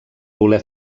voler